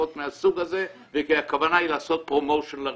התרופות מהסוג הזה וכי הכוונה היא לעשות קידום לרישום.